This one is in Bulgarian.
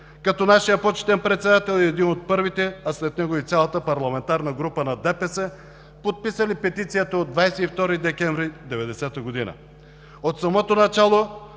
Като нашият почетен председател е един от първите, а след него и цялата парламентарна група на ДПС, подписали петицията от 22 декември 1990 г., от самото начало